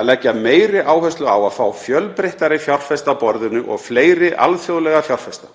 að leggja meiri áherslu á að fá fjölbreyttari fjárfesta að borðinu og fleiri alþjóðlega fjárfesta